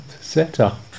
setup